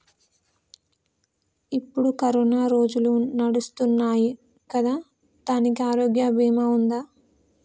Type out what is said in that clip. ఇప్పుడు కరోనా రోజులు నడుస్తున్నాయి కదా, దానికి ఆరోగ్య బీమా ఉందా?